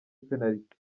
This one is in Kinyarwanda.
penaliti